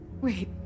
Wait